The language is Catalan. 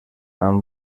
amb